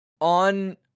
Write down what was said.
on